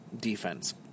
defense